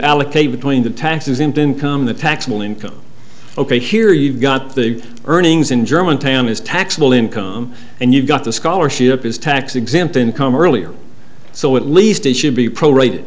allocate between the tax exempt income the taxable income ok here you've got the earnings in germantown is taxable income and you got the scholarship is tax exempt income earlier so at least it should be pro rated